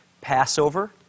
Passover